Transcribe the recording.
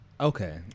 Okay